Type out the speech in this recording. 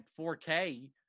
4K